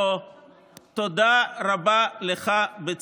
אין דבר יותר טוב שיוכל להבהיר את